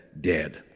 dead